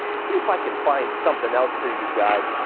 see if i can find something else for you guys.